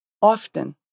often